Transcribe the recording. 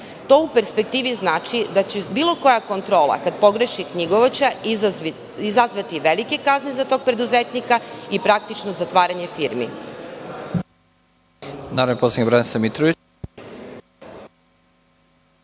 To u perspektivi znači da će bilo koja kontrola, kada pogreši knjigovođa, izazvati velike kazne za tog preduzetnika i praktično zatvaranje firmi.